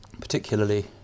particularly